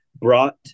brought